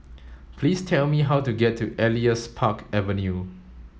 please tell me how to get to Elias Park Avenue